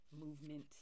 movement